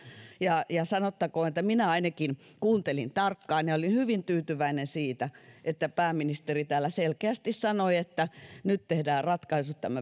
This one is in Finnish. ja ja sanottakoon että minä ainakin kuuntelin tarkkaan ja olin hyvin tyytyväinen siitä että pääministeri täällä selkeästi sanoi että nyt tehdään ratkaisut tämän